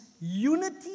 unity